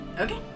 Okay